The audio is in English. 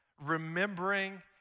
remembering